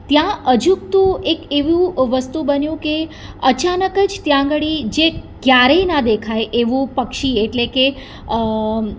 ત્યાં અજુકતું એક એવું વસ્તુ બન્યું કે અચાનક જ ત્યાં આગળ જે ક્યારેય ના દેખાય એવું પક્ષી એટલે કે